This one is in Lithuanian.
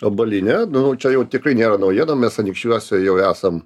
obuolinė nu čia jau tikrai nėra naujiena mes anykščiuose jau esam